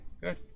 Good